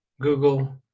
Google